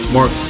Mark